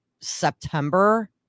September